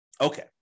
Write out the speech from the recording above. Okay